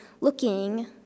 looking